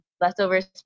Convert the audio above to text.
leftovers